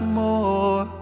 more